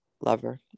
lover